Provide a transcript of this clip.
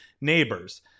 neighbors